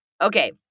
Okay